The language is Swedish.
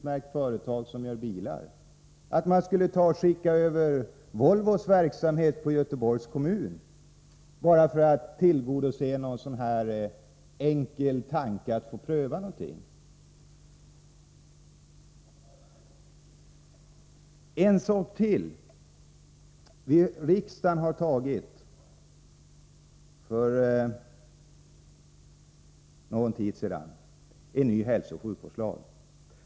Men ingen har haft i tankarna att överlåta Volvos verksamhet på Göteborgs kommun bara för att tillgodose det enkla önskemålet att få pröva någonting nytt. En sak till vill jag framhålla. Riksdagen har för någon tid sedan beslutat om en ny hälsooch sjukvårdslag.